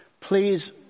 Please